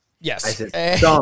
Yes